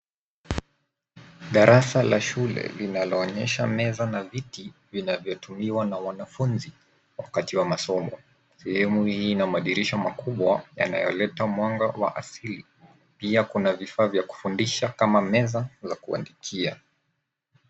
Darasa la shule linaloonyesha meza na viti vinavyotumiwa na wanafunzi wakati wa masomo. Sehemu hii ina madirisha makubwa yanayoleta mwanga wa asili. Pia kuna vifaa vya kufundisha kama meza za kuandikia.